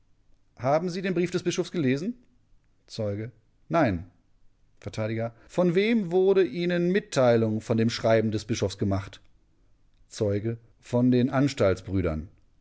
haben sie den brief des bischofs gelesen zeuge nein vert von wem wurde ihnen mitteilung von dem schreiben des bischofs gemacht zeuge von den